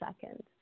second